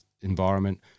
environment